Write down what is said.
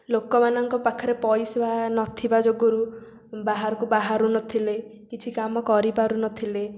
ଲୋକମାନଙ୍କ ପାଖରେ ପଇସା ନଥିବା ଯୋଗୁରୁ ବାହାରକୁ ବାହାରୁ ନଥିଲେ କିଛି କାମ କରିପାରୁ ନଥିଲେ